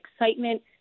excitement